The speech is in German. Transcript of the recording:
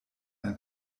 ein